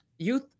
youth